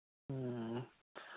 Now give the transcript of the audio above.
ꯎꯝ